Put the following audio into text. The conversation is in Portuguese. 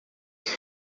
deu